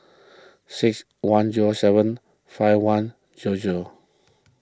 six one zero seven five one zero zero